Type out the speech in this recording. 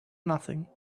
nothing